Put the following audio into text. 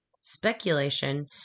speculation